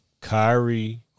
Kyrie